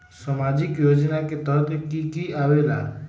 समाजिक योजना के तहद कि की आवे ला?